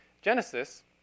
Genesis